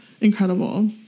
incredible